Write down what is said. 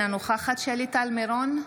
אינה נוכחת שלי טל מירון,